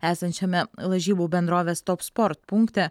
esančiame lažybų bendrovės top sport punkte